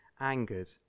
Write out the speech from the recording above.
angered